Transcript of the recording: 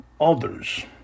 others